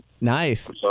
Nice